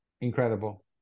incredible